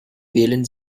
wählen